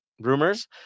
rumors